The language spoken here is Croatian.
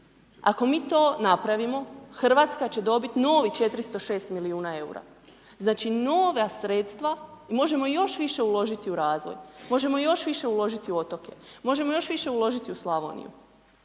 Ako mi to napravimo, Hrvatska će dobiti novih 406 milijuna eura. Znači nova sredstva, možemo još više uložiti u razvoj, možemo još više uložiti u otoke, možemo još više uložiti u Slavoniju.